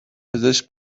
پزشک